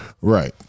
Right